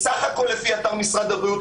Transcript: לפי אתר משרד הבריאות,